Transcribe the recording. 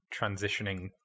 transitioning